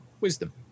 wisdom